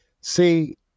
See